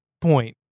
point